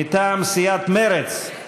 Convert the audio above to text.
מטעם סיעת מרצ,